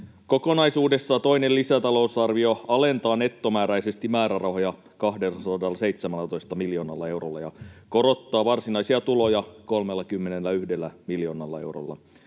Kokonaisuudessaan toinen lisätalousarvio alentaa nettomääräisesti määrärahoja 217 miljoonalla eurolla ja korottaa varsinaisia tuloja 31 miljoonalla eurolla.